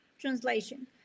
translation